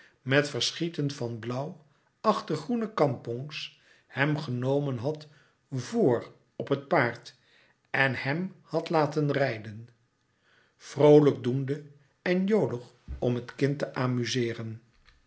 met verschieten van blauw achter groene kampongs hem genomen had vor op het paard en hem had laten rijden vroolijk doende en jolig om het kind te amuzeeren